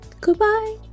Goodbye